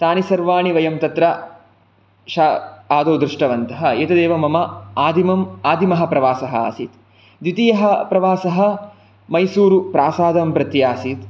तानि सर्वाणि वयं तत्र आदौ दृष्टवन्तः एतदेव मम आदिमं आदिमः प्रवासः आसीत् द्वितीयः प्रवासः मैसूरुप्रासादं प्रति आसीत्